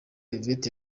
yvette